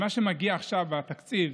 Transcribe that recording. מה שמגיע עכשיו בתקציב